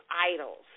idols